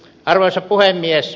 arvoisa puhemies